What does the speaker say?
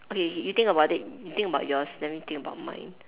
okay you you think about it you think about yours let me think about mine